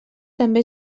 també